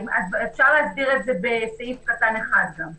אפשר להסדיר את זה בסעיף (1) גם.